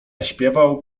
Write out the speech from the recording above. śpiewał